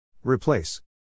Replace